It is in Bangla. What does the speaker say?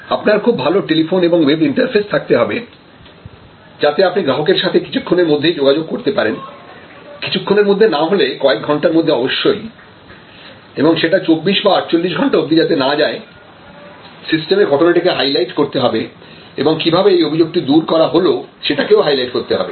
আপনার খুব ভালো টেলিফোন এবং ওয়েব ইন্টারফেস থাকতে হবে যাতে আপনি গ্রাহকের সাথে কিছুক্ষণের মধ্যেই যোগাযোগ করতে পারেন কিছুক্ষণের মধ্যে না হলে কয়েক ঘণ্টার মধ্যে অবশ্যই এবং সেটা ২৪ বা ৪৮ ঘন্টা অবধি যাতে না যায় সিস্টেমে ঘটনাটিকে হাইলাইট করতে হবে এবং কিভাবে এই অভিযোগটি দূর করা হলো সেটাকেও হাইলাইট করতে হবে